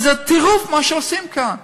זה טירוף מה שעושים כאן.